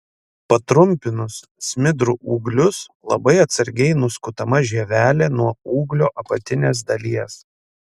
patrumpinus smidrų ūglius labai atsargiai nuskutama žievelė nuo ūglio apatinės dalies